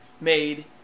Made